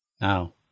now